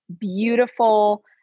beautiful